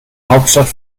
hauptstadt